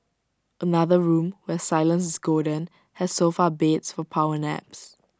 another room where silence is golden has sofa beds for power naps